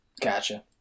Gotcha